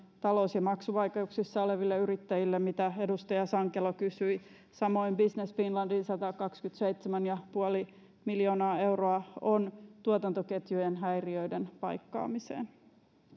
talous ja maksuvaikeuksissa oleville yrittäjille mitä edustaja sankelo kysyi samoin business finlandin satakaksikymmentäseitsemän pilkku viisi miljoonaa euroa on tuotantoketjujen häiriöiden paikkaamiseen